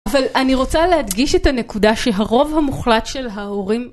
אבל אני רוצה להדגיש את הנקודה שהרוב המוחלט של ההורים